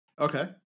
okay